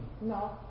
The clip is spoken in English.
no